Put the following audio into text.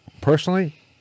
personally